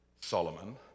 Solomon